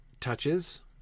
touches